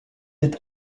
est